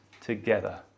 together